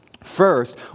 First